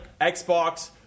Xbox